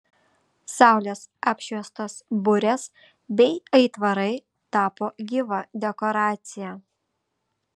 saulės apšviestos burės bei aitvarai tapo gyva dekoracija